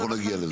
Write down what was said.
אנחנו נגיע לזה.